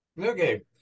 Okay